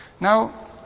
Now